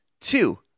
two